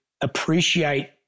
appreciate